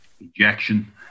ejection